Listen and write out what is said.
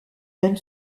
même